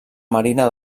marina